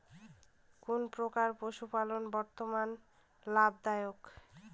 কোন প্রকার পশুপালন বর্তমান লাভ দায়ক?